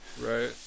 right